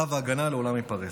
קו ההגנה לעולם ייפרץ.